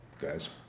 guys